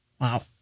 Wow